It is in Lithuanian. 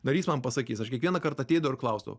narys man pasakys aš kiekvieną kartą ateidavau ir klausdavau